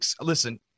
listen